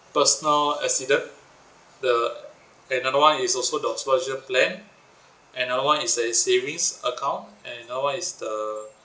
personal accident the another one is also the hospitalisation plan another one is a savings account another one is the